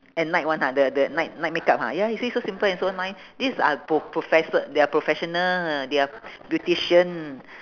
at night one ha the the night night makeup ha ya you see so simple and so nice these are pro~ professor they are professional they are beautician